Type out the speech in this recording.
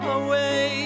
away